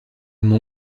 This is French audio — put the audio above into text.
mon